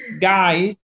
guys